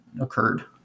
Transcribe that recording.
occurred